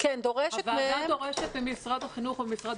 --- הוועדה דורשת ממשרד החינוך וממשרד